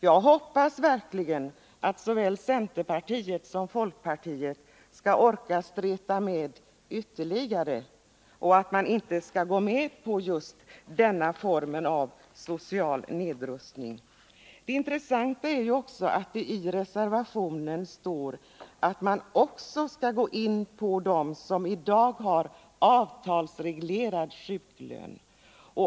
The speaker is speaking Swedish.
Jag hoppas verkligen att såväl centerpartiet som folkpartiet skall orka streta mot ytterligare och inte gå med på just denna form av social nedrustning. Det intressanta är att i reservationen står att man också skall ta upp frågan om dem som i dag har avtalsreglerad sjuklön.